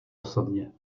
osobně